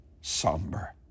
somber